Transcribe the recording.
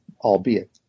albeit